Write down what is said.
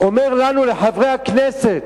אומר לנו, לחברי הכנסת: